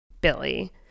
billy